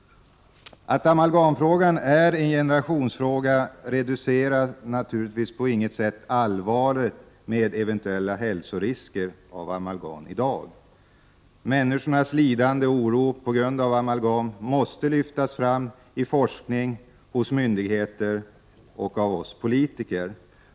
Att amalgamfrågan är en generationsfråga reducerar naturligtvis på inget sätt allvaret med eventuella hälsorisker av amalgam i dag. Människornas lidande och oro på grund av amalgam måste lyftas fram i forskningen, hos myndigheter och av oss politiker.